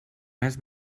més